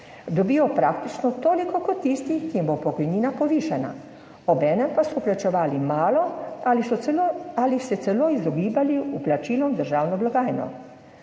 dobijo praktično toliko kot tisti, ki jim bo pokojnina povišana, obenem pa so plačevali malo ali so celo ali se celo izogibali vplačilom v državno blagajno.